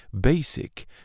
basic